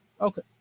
Okay